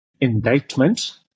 indictment